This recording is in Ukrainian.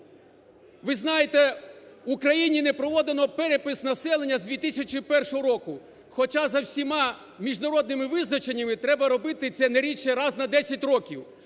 Ви знаєте, в Україні не проводили перепис населення з 2001 року, хоча за всіма міжнародними визначеннями треба робити це не рідше раз на 10 років.